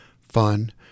fun